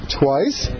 twice